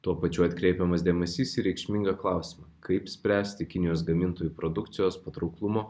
tuo pačiu atkreipiamas dėmesys į reikšmingą klausimą kaip spręsti kinijos gamintojų produkcijos patrauklumo